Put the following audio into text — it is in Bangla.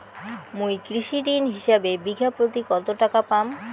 মুই কৃষি ঋণ হিসাবে বিঘা প্রতি কতো টাকা পাম?